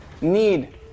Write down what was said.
need